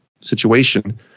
situation